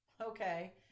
Okay